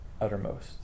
uttermost